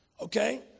Okay